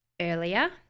earlier